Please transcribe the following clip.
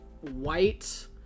white